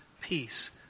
peace